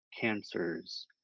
cancers